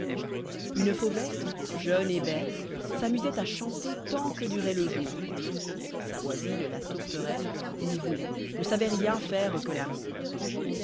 ke fauvette jeune et beee s'nmusoit à chanter tant que durait le jour sa voisine la tourterelle se vouloit ne savoit rien faire que l'amour